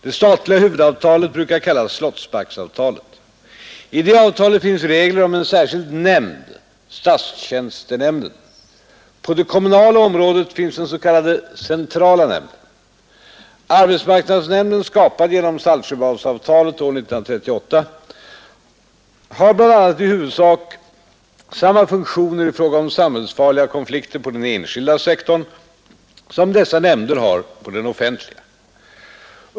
Det statliga huvudavtalet brukar kallas Slottsbacksavtalet. I det avtalet finns regler om en särskild nämnd, statstjänstenämnden. På det kommunala området finns den s.k. centrala nämnden. Arbetsmarknadsnämnden, skapad genom Saltsjöbadsavtalet år 1938, har bl.a. i huvudsak samma funktioner i fråga om samhällsfarliga konflikter på den enskilda sektorn som dessa nämnder har på den offentliga.